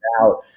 out